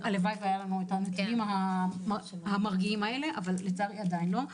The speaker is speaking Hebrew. הלוואי שהיו לנו הנתונים המרגיעים האלה אבל לצערי עדיין לא.